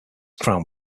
crown